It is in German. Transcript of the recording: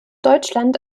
deutschland